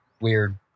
weird